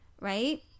right